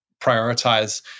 prioritize